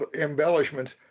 embellishments